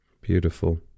Beautiful